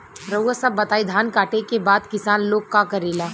रउआ सभ बताई धान कांटेके बाद किसान लोग का करेला?